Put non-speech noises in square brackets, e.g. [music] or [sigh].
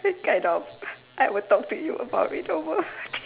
that kind of I will talk to you about it over [laughs]